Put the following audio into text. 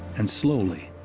and slowly,